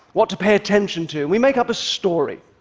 what to pay attention to. we make up a story.